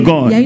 God